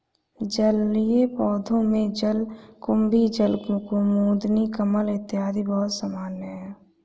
जलीय पौधों में जलकुम्भी, जलकुमुदिनी, कमल इत्यादि बहुत सामान्य है